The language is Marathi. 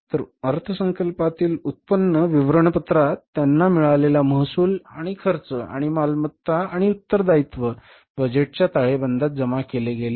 तर अर्थसंकल्पातील उत्पन्न विवरणपत्रात त्यांना मिळालेला महसूल आणि खर्च आणि मालमत्ता आणि उत्तरदायित्व बजेटच्या ताळेबंदात जमा केले गेले